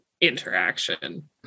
interaction